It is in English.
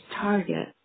target